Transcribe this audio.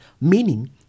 meaning